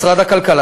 משרד הכלכלה,